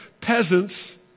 peasants